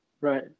Right